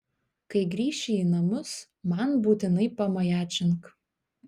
kai grįši į namus man būtinai pamajačink